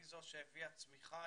היא זו שהביאה צמיחה,